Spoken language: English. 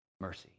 mercy